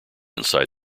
inside